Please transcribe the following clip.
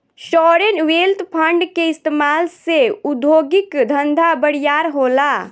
sovereign wealth fund के इस्तमाल से उद्योगिक धंधा बरियार होला